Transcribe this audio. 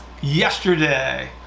Yesterday